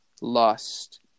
lust